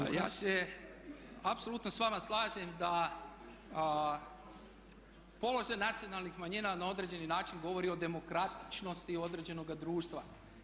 Pa ja se apsolutno s vama slažem da položaj nacionalnih manjina na određeni način govori o demokratičnosti određenoga društva.